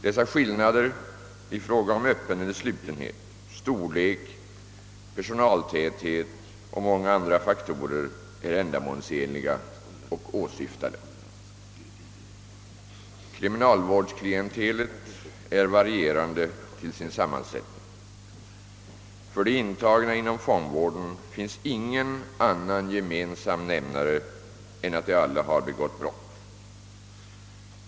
Dessa skillnader i fråga om öppeneller slutenhet, storlek, personaltäthet och många andra faktorer är ändamålsenliga och åsyftade. Kriminalvårdsklientelet är va rierande till sin sammansättning. För de intagna inom fångvården finns ingen annan gemensam nämnare än att de alla har begått brott.